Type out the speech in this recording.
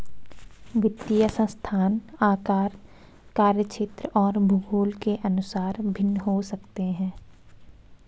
वित्तीय संस्थान आकार, कार्यक्षेत्र और भूगोल के अनुसार भिन्न हो सकते हैं